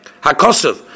Hakosov